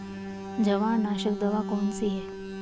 जवारनाशक दवा कौन सी है?